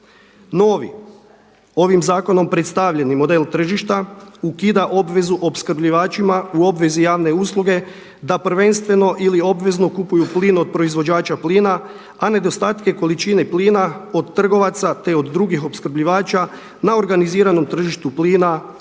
Novi, ovim zakonom predstavljeni model tržišta ukida obvezu opskrbljivačima u obvezi javne usluge, da prvenstveno ili obvezno kupuju plin od proizvođača plina, a nedostatke količine plina od trgovaca, te od drugih opskrbljivača na organiziranom tržištu plina ili